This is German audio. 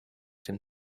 dem